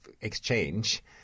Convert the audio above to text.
exchange